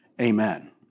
Amen